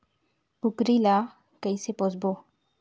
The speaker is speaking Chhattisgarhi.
कूकरी ला कइसे पोसबो?